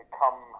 come